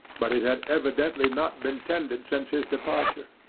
but it had evidently not been tended since his departure.